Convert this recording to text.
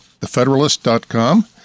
thefederalist.com